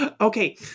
okay